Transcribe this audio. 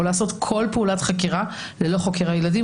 או לעשות כל פעולת חקירה ללא חוקר הילדים,